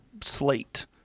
slate